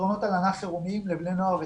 ופתרונות הלנה חירומיים לבני נוער וצעירים.